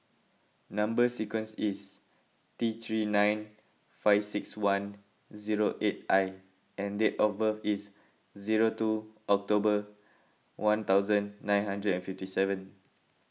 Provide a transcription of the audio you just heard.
Number Sequence is T three nine five six one zero eight I and date of birth is zero two October one thousand nine hundred and fifty seven